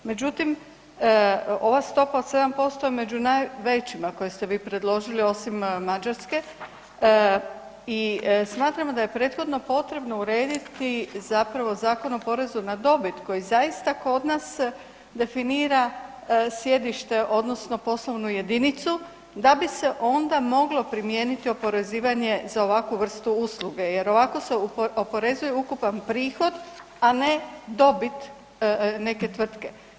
Međutim, ova stopa od 7% je među najvećima koje ste vi predložili osim Mađarske i smatramo da je prethodno potrebno urediti zapravo Zakon o porezu na dobit koji zaista kod nas definira sjedište odnosno poslovnu jedinicu da bi se onda moglo primijeniti oporezivanje za ovakvu vrstu usluge jer ovako se oporezuje ukupan prihod, a ne dobit neke tvrtke.